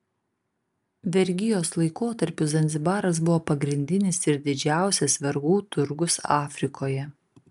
vergijos laikotarpiu zanzibaras buvo pagrindinis ir didžiausias vergų turgus afrikoje